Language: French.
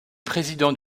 président